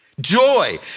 Joy